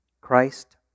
Christ